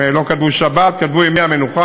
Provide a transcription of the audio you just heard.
הם לא כתבו "שבת", כתבו "ימי המנוחה".